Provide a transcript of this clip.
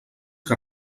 que